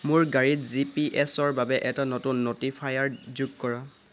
মোৰ গাড়ীত G P এচৰ বাবে এটা নতুন ন'টিফায়াৰ যোগ কৰা